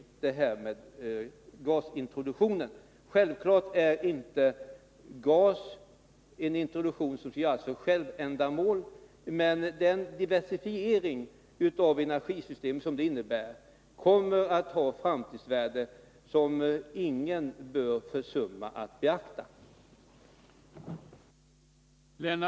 Självfallet är inte introduktion av gas något som skall göras som ett självändamål, men den diversifiering av vårt energisystem som den innebär kommer att få ett framtidsvärde som ingen bör försumma att beakta.